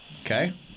Okay